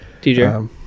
DJ